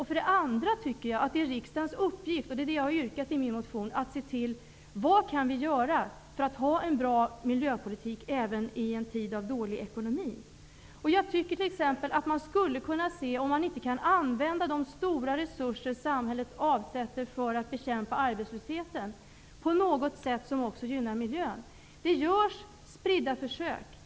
För det andra tycker jag att det är riksdagens uppgift -- och detta har jag yrkat i min motion -- att se på vad vi kan göra för att ha en bra miljöpolitik även i en tid av dålig ekonomi. Jag tycker t.ex. att man skulle kunna se om man inte kan använda de stora resurser som samhället avsätter för att bekämpa arbetslösheten på ett sätt som också gynnar miljön. Det görs spridda försök.